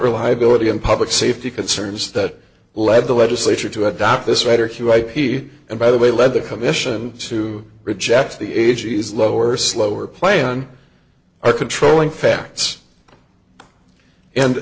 reliability and public safety concerns that led the legislature to adopt this writer hugh i p t and by the way led the commission to reject the agency's lower slower plan are controlling facts and